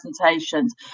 presentations